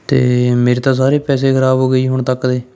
ਅਤੇ ਮੇਰੇ ਤਾਂ ਸਾਰੇ ਪੈਸੇ ਖਰਾਬ ਹੋ ਗਏ ਜੀ ਹੁਣ ਤੱਕ ਦੇ